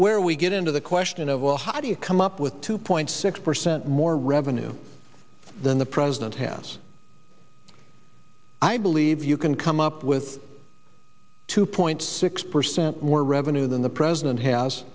where we get into the question of well how do you come up with two point six percent more revenue than the president has i believe you can come up with two point six percent more revenue than the president has